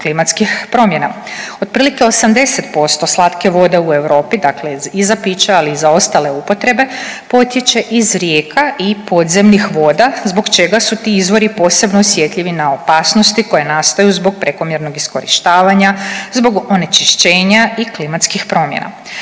klimatskih promjena. Otprilike 80% slatke vode u Europi, dakle i za piće ali i za ostale upotrebe potječe iz rijeka i podzemnih voda zbog čega su ti izvori posebno osjetljivi na opasnosti koje nastaju zbog prekomjernog iskorištavanja, zbog onečišćenja i klimatskih promjena.